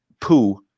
poo